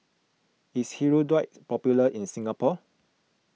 is Hirudoid popular in Singapore